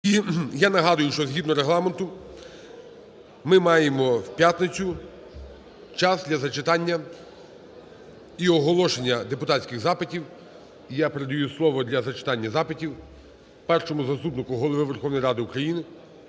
я нагадую, що згідно Регламенту ми маємо в п'ятницю час длязачитання і оголошення депутатських запитів. І я передаю слово длязачитання запитів Першому заступнику Голови Верховної Ради України